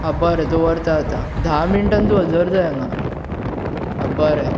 आं बरें दवरतां आतां धा मिनटान तूं हजर जाय हांगा आं बरें